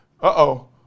uh-oh